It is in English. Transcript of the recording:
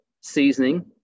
seasoning